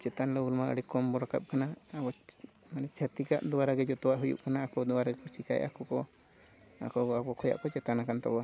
ᱪᱮᱛᱟᱱ ᱞᱮᱵᱮᱞ ᱢᱟ ᱟᱹᱰᱤ ᱠᱚᱢ ᱵᱚᱱ ᱨᱟᱠᱟᱵ ᱠᱟᱱᱟ ᱟᱵᱚ ᱢᱟᱱᱮ ᱪᱷᱟᱹᱛᱤᱠ ᱟᱜ ᱫᱟᱨᱟ ᱜᱮ ᱡᱚᱛᱚ ᱦᱩᱭᱩᱜ ᱠᱟᱱᱟ ᱟᱠᱚ ᱫᱟᱨᱟ ᱠᱚ ᱪᱮᱠᱟᱭᱮᱜᱼᱟ ᱟᱠᱚ ᱠᱚ ᱟᱠᱚ ᱜᱮ ᱟᱵᱚ ᱠᱷᱚᱭᱟᱜ ᱠᱚ ᱪᱮᱛᱟᱱ ᱟᱠᱟᱱᱟ ᱛᱟᱵᱚᱣᱟ